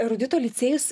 erudito licėjus